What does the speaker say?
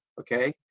okay